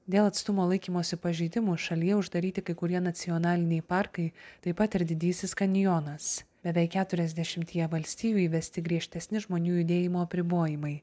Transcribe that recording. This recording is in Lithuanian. dėl atstumo laikymosi pažeidimų šalyje uždaryti kai kurie nacionaliniai parkai taip pat ir didysis kanjonas beveik keturiasdešimtyje valstijų įvesti griežtesni žmonių judėjimo apribojimai